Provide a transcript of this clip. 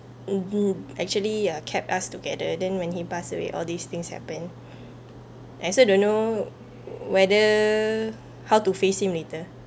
indeed actually uh kept us together then when he pass away all these things happen I also don't know whether how to face him later